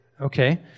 okay